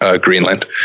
Greenland